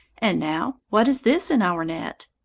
and now what is this in our net?